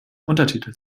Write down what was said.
untertitel